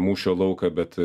mūšio lauką bet